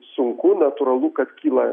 sunku natūralu kad kyla